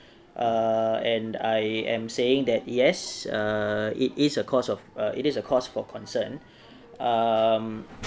err and I am saying that yes err it is a cause of uh it is a cause for concern um